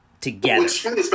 together